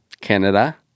Canada